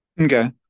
Okay